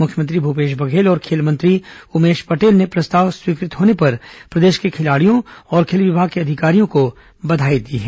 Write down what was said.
मुख्यमंत्री भूपेश बघेल और खेल मंत्री उमेश पटेल ने प्रस्ताव स्वीकृत होने पर प्रदेश के खिलाड़ियों और खेल विभाग के अधिकारियों को बधाई दी है